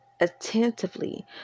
attentively